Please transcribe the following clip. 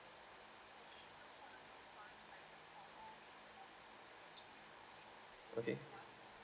okay